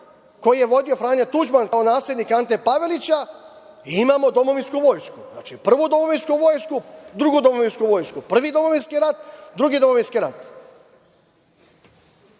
koji je vodio Franja Tuđman, kao naslednik Ante Pavelića, i imamo domovinsku vojsku. Znači, prvu domovinsku vojsku, drugu domovinsku vojsku, prvi domovinski rat, drugi domovinski